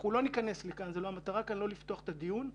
אנחנו לא נפתח כאן את הדיון הזה,